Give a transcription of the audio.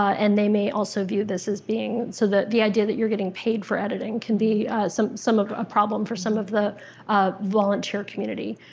and they may also view this as being, so the the idea that you're getting paid for editing can be some some of a problem for some of the volunteer community.